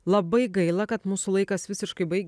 labai gaila kad mūsų laikas visiškai baigia